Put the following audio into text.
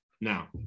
Now